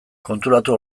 konturatu